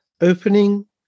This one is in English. opening